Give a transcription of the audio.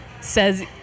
says